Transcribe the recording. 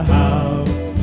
house